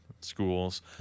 schools